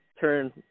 turn